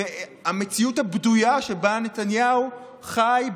המציאות הבדויה שבה נתניהו חי,